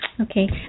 Okay